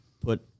put –